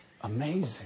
amazing